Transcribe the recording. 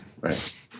Right